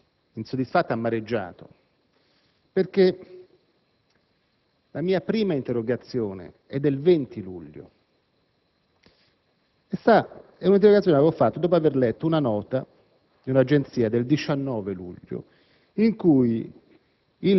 insoddisfatto e amareggiato perché la mia prima interrogazione risale al 20 luglio. Sa, è un'interrogazione che avevo fatto dopo avere letto una nota di un'agenzia del 19 luglio in cui